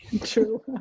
True